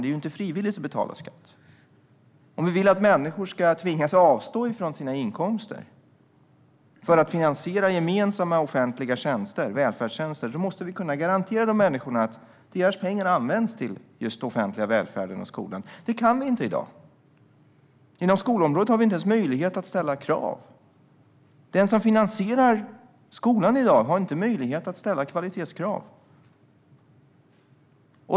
Det är ju inte frivilligt att betala skatt, och om vi vill att människor ska tvingas avstå från sina inkomster för att finansiera gemensamma offentliga tjänster - välfärdstjänster - måste vi kunna garantera dem att deras pengar används till just den offentliga välfärden och skolan. Det kan vi inte i dag. Inom skolområdet har vi inte ens möjlighet att ställa krav. Den som finansierar skolan i dag har inte möjlighet att ställa kvalitetskrav.